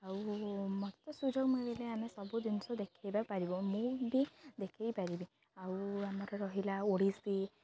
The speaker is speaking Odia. ଆଉ ମୋତେ ସୁଯୋଗ ମିଳିଲେ ଆମେ ସବୁ ଜିନିଷ ଦେଖାଇବା ପାରିବୁ ମୁଁ ବି ଦେଖାଇ ପାରିବି ଆଉ ଆମର ରହିଲା ଓଡ଼ିଶୀ